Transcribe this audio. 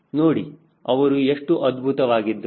ನೋಡಿ ಅವರು ಎಷ್ಟು ಅದ್ಭುತವಾಗಿದ್ದರು